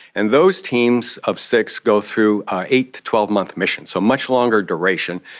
and those teams of six go through an eight to twelve month mission, so much longer duration,